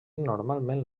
normalment